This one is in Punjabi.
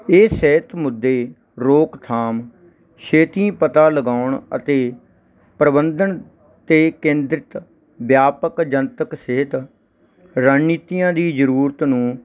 ਇਹ ਸਿਹਤ ਮੁੱਦੇ ਰੋਕਥਾਮ ਛੇਤੀ ਪਤਾ ਲਗਾਉਣ ਅਤੇ ਪ੍ਰਬੰਧਨ 'ਤੇ ਕੇਂਦਰਿਤ ਵਿਆਪਕ ਜਨਤਕ ਸਿਹਤ ਰਣਨੀਤੀਆਂ ਦੀ ਜ਼ਰੂਰਤ ਨੂੰ